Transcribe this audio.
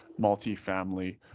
multifamily